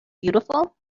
beautiful